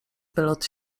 wylot